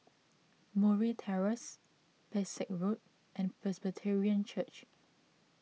Murray Terrace Pesek Road and Presbyterian Church